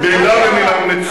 מלה במלה.